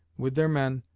with their men,